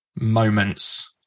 moments